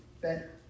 better